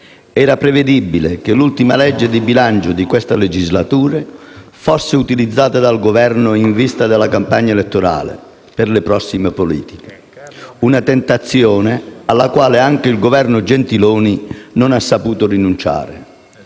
era prevedibile che l'ultima legge di bilancio di questa legislatura fosse utilizzata dal Governo in vista della campagna elettorale per le prossime elezioni politiche. Si tratta di una tentazione alla quale anche il Governo Gentiloni Silveri non ha saputo rinunciare.